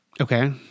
Okay